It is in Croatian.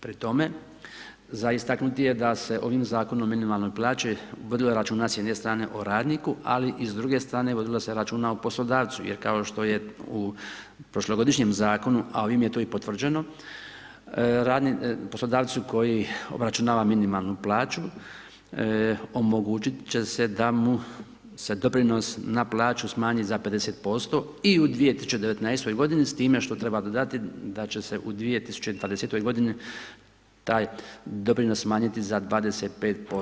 Pri tome, za istaknuti je da se ovim Zakonom o minimalnoj plaći, vodilo računa s jedne strane o radniku, ali i s druge strane vodilo se računa o poslodavcu, jer kao što je u prošlogodišnjem zakonu, a ovim je to potvrđeno, poslodavcu koji obračunava minimalnu plaću, omogućiti će se da mu se doprinos na plaću smanji za 50% i u 2019. g. s time što treba dodati da će se u 2040. g. taj doprinos smanjiti za 25%